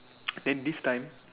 then this time